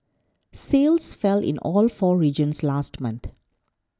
sales fell in all four regions last month